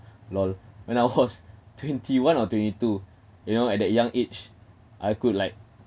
I I when I was twenty one or twenty two you know at that young age I could like